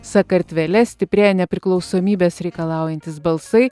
sakartvele stiprėja nepriklausomybės reikalaujantys balsai